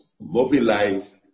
mobilize